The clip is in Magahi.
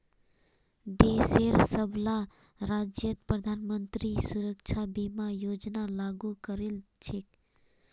देशेर सबला राज्यत प्रधानमंत्री सुरक्षा बीमा योजना लागू करील छेक